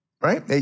Right